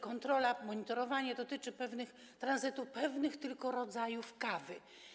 Kontrola, monitorowanie dotyczy pewnych tranzytów pewnych tylko rodzajów kawy.